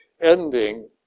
ending